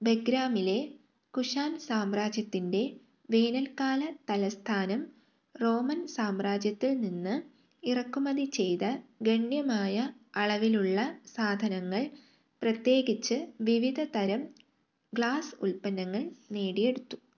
ബെഗ്രാമിലെ കുശാൻ സാമ്രാജ്യത്തിൻ്റെ വേനൽക്കാല തലസ്ഥാനം റോമൻ സാമ്രാജ്യത്തിൽ നിന്ന് ഇറക്കുമതി ചെയ്ത ഗണ്യമായ അളവിലുള്ള സാധനങ്ങൾ പ്രത്യേകിച്ച് വിവിധതരം ഗ്ലാസ് ഉത്പന്നങ്ങള് നേടിയെടുത്തു